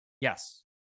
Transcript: Yes